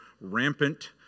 rampant